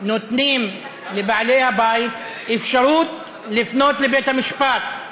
נותנים לבעלי הבית אפשרות לפנות לבית-המשפט.